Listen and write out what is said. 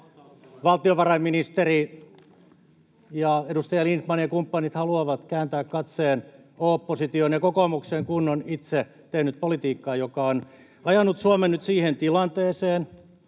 valtiovarainministeri ja edustaja Lindtman ja kumppanit haluavat kääntää katseen oppositioon ja kokoomukseen, kun ovat itse tehneet politiikkaa, joka on ajanut Suomen nyt siihen tilanteeseen,